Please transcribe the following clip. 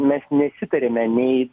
mes nesitarėme nei